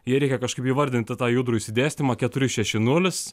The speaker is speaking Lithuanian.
jei reikia kažkaip įvardinti tą judrų išsidėstymą keturi šeši nulis